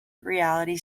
reality